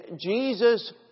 Jesus